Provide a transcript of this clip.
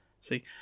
See